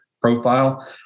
profile